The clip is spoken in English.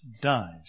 died